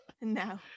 No